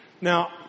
Now